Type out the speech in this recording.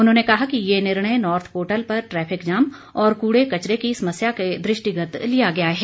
उन्होंने कहा कि ये निर्णय नॉर्थ पोर्टल पर ट्रैफिक जाम और कूड़े कचरे की समस्या की दृष्टिगत लिया गया है